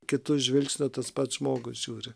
kitu žvilgsniu tas pats žmogus žiūri